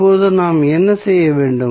இப்போது நாம் என்ன செய்ய வேண்டும்